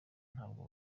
ntabwo